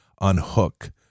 unhook